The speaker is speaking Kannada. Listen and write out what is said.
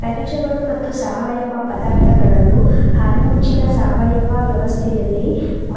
ಖನಿಜಗಳು ಮತ್ತು ಸಾವಯವ ಪದಾರ್ಥಗಳನ್ನು ಅರೆ ಮುಚ್ಚಿದ ಸಾವಯವ ವ್ಯವಸ್ಥೆಯಲ್ಲಿ